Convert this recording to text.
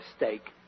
mistake